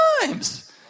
times